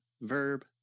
verb